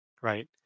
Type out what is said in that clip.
right